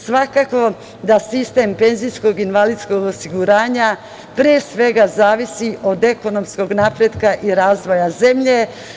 Svakako da sistem penzijskog i invalidskog osiguranja, pre svega, zavisi od ekonomskog napretka i razvoja zemlje.